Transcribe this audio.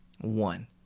One